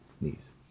knees